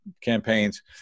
campaigns